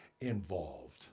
involved